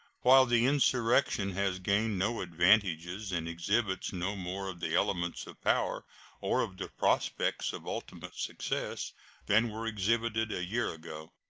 while the insurrection has gained no advantages and exhibits no more of the elements of power or of the prospects of ultimate success than were exhibited a year ago,